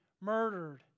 murdered